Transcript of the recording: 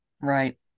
Right